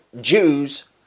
Jews